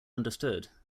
understood